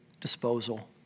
disposal